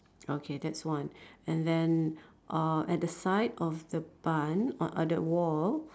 okay that's one and then uh at the side of the barn on on that wall